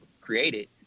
created